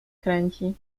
kręci